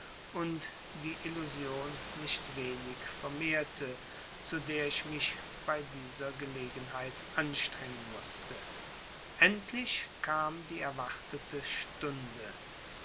und die illusion nicht wenig vermehrte zu der ich mich bei dieser gelegenheit anstrengen mußte endlich kam die erwartete stunde